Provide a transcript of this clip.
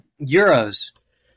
euros